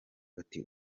ati